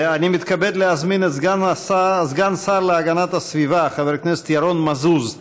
אני מתכבד להזמין את סגן השר להגנת הסביבה חבר הכנסת ירון מזוז.